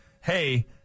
hey